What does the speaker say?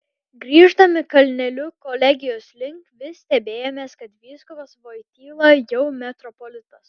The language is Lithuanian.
grįždami kalneliu kolegijos link vis stebėjomės kad vyskupas voityla jau metropolitas